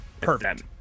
Perfect